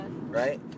Right